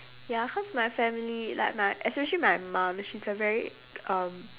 ya cause my family like my especially my mum she's a very um